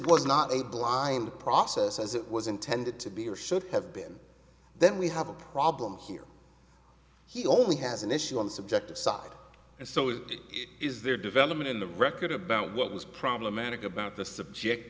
was not a blind process as it was intended to be or should have been then we have a problem here he only has an issue on the subject side and so it is their development in the record about what was problematic about the subject